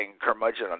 curmudgeon